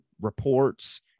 reports